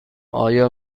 آیا